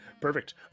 perfect